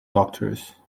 doctors